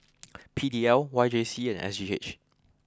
P D L Y J C and S G H